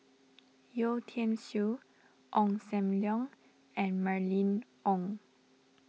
Yeo Tiam Siew Ong Sam Leong and Mylene Ong